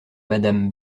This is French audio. madame